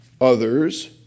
others